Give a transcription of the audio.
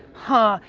huh.